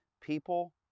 people